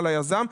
על היזם,